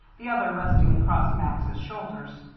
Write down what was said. the other resting across max's shoulders.